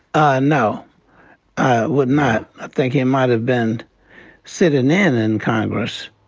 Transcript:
and no. i would not. i think he might've been sitting in in congress.